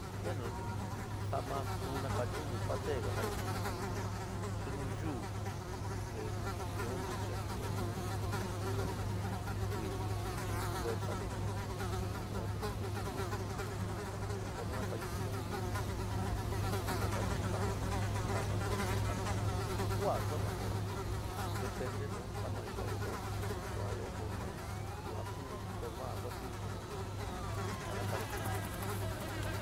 Bueno sa'ama ku nakachaó nu pateé ka ka'anyo jɨn in yunú xi nu yuú te kin'ó ntucha chu'unyo in nu chu'unyo in chi kiyɨɨ xi chiɨ in cubeta te yuan te nu in yuú te ku ɨó forma nakachaó xi nu in yunú i, kuú nakachayo in sa'ama sa'amayo xi sa'ama xi ku'aa sa'ama pero depende nu in saam'a ñuuva'ayo pero yuan ɨó forma ja yuan ku forma ja katiún nanani ja nakachaáyo.